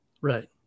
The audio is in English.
right